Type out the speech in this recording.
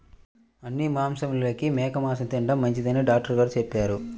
అన్ని మాంసాలలోకి మేక మాసం తిండం మంచిదని డాక్టర్ గారు చెప్పారు